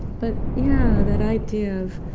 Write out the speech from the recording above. but yeah that idea of